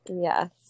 Yes